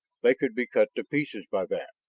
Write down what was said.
they could be cut to pieces by that!